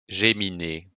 géminées